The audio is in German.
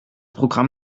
programm